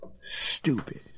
Stupid